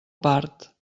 part